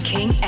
King